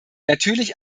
natürlich